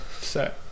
set